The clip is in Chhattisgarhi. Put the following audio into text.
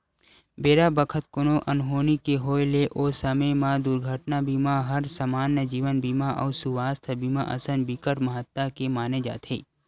बेरा बखत कोनो अनहोनी के होय ले ओ समे म दुरघटना बीमा हर समान्य जीवन बीमा अउ सुवास्थ बीमा असन बिकट महत्ता के माने जाथे